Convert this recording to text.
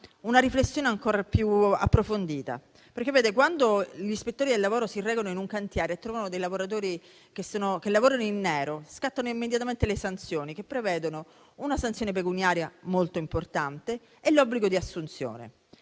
una riflessione ancora più approfondita, perché quando gli ispettori del lavoro si recano in un cantiere e trovano dei lavoratori che lavorano in nero, scattano immediatamente le sanzioni che prevedono una sanzione pecuniaria molto importante e l'obbligo di assunzione.